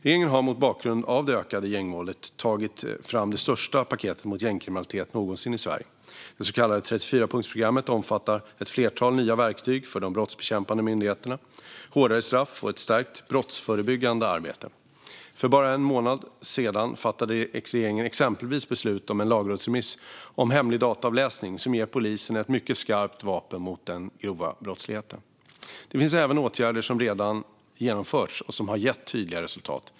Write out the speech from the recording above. Regeringen har mot bakgrund av det ökade gängvåldet tagit fram det största paketet mot gängkriminaliteten någonsin i Sverige. Det så kallade 34-punktsprogrammet omfattar ett flertal nya verktyg för de brottsbekämpande myndigheterna, hårdare straff och ett stärkt brottsförebyggande arbete. För bara en månad sedan fattade regeringen exempelvis beslut om en lagrådsremiss om hemlig dataavläsning som ger polisen ett mycket skarpt vapen mot den grova brottsligheten. Det finns även åtgärder som redan har vidtagits och gett tydliga resultat.